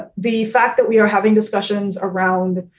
ah the fact that we are having discussions around,